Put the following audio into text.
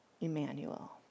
Emmanuel